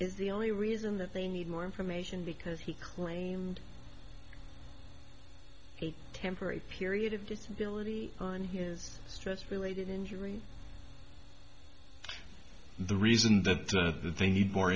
is the only reason that they need more information because he claimed he temporary period of disability on his stress related injury the reason that they need more